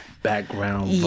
Background